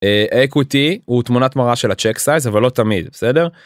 איקוטי הוא תמונת מראה שלה צ'ק סייז אבל לא תמיד בסדר.